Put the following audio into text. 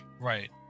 right